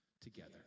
together